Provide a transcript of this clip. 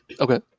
Okay